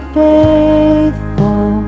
faithful